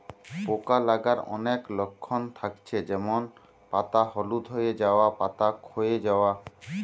পোকা লাগার অনেক লক্ষণ থাকছে যেমন পাতা হলুদ হয়ে যায়া, পাতা খোয়ে যায়া